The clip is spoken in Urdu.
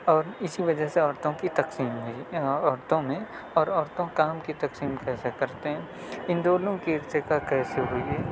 اور اسی وجہ سے عورتوں کی تقسیم ہوئی ہے عورتوں میں اور عورتوں کام کی تقسیم کیسے کرتے ہیں ان دونوں کی ارتقاء کیسے ہوئی ہے